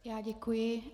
Já děkuji.